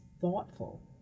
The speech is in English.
thoughtful